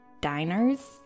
diners